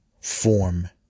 form